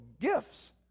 gifts